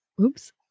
oops